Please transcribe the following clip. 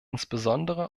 insbesondere